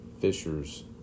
fishers